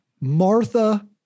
martha